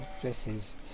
places